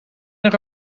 naar